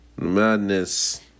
Madness